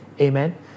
Amen